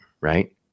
right